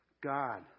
God